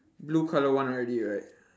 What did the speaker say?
blue colour one already right